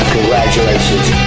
Congratulations